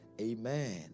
Amen